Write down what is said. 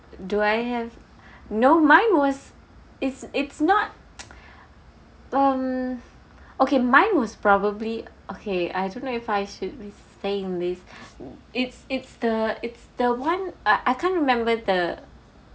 do I have no mine was it's it's not um okay mine was probably okay I don't know if I should be saying this it's it's the it's the one uh I can't remember the